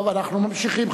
טוב, אנחנו ממשיכים.